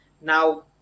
Now